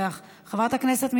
חבר הכנסת אברהם נגוסה,